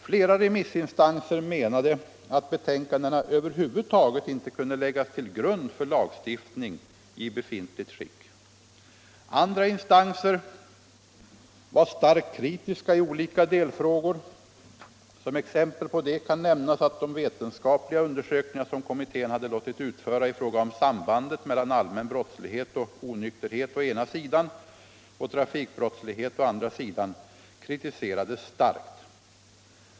Flera remissinstanser menade att betänkandena över huvud taget inte kunde läggas till grund för lagstiftning i befintligt skick. Andra instanser var starkt kritiska i olika delfrågor. Som exempel på det kan nämnas att de vetenskapliga undersökningar som kommittén hade låtit utföra i fråga om sambandet mellan allmän brottslighet och onykterhet å ena sidan och trafikbrottslighet å andra sidan kritiserades starkt.